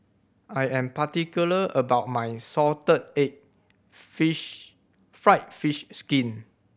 I am particular about my salted egg fish fried fish skin